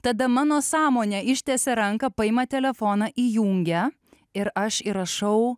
tada mano sąmonė ištiesia ranką paima telefoną įjungia ir aš įrašau